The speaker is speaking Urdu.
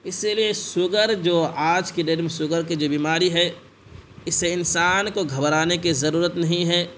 اسی لیے سوگر جو آج کی ڈیٹ میں سوگر کی جو بیماری ہے اس سے انسان کو گھبرانے کی ضرورت نہیں ہے